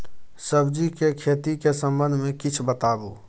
सब्जी के खेती के संबंध मे किछ बताबू?